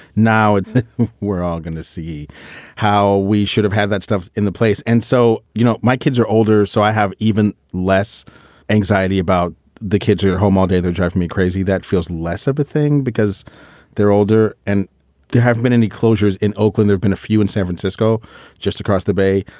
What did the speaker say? now we're all going to see how we should have had that stuff in the place. and so, you know, my kids are older, so i have even less anxiety about the kids who who are home all day. that drives me crazy. that feels less of a thing because they're older and there haven't been any closures in oakland. there've been a few in san francisco just across the bay.